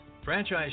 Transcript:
Franchise